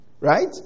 right